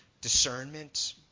discernment